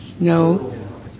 No